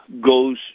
goes